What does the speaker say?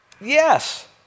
Yes